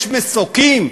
יש מסוקים?